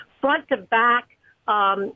front-to-back